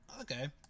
Okay